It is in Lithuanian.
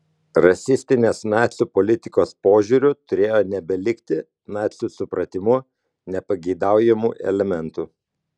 rasistinės nacių politikos požiūriu turėjo nebelikti nacių supratimu nepageidaujamų elementų